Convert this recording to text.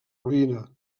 ruïna